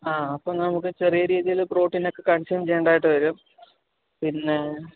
ആ അപ്പം നമുക്ക് ചെറിയ രീതിയിൽ പ്രോട്ടീനൊക്കെ കൺസ്യും ചെയ്യേണ്ടതായിട്ട് വരും പിന്നെ